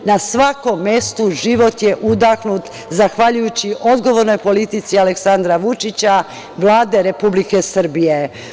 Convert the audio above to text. Na svakom mestu život je udahnut zahvaljujući odgovornoj politici Aleksandra Vučića, Vlade Republike Srbije.